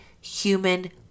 human